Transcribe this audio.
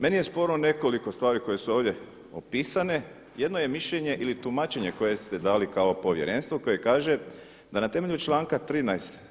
Meni je sporno nekoliko stvari koje su ovdje opisane, jedno je mišljenje ili tumačenje koje ste dali kao Povjerenstvo koje kaže da na temelju članka 13.